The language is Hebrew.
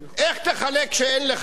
איך תחלק כשאין לך?